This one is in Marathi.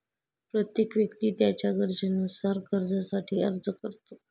प्रत्येक व्यक्ती त्याच्या गरजेनुसार कर्जासाठी अर्ज करतो